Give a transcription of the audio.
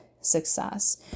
success